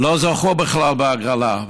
לא זכו בכלל בהגרלה,